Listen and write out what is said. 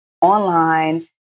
online